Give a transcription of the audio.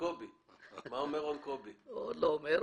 הוא עוד לא אומר.